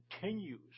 continues